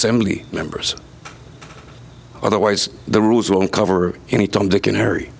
assembly members otherwise the rules won't cover any tom dick and harry